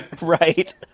Right